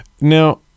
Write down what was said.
Now